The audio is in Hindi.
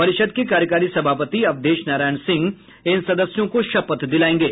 परिषद के कार्यकारी सभापति अवधेश नारायण सिंह इन सदस्यों को शपथ दिलायेंगे